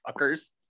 Fuckers